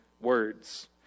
words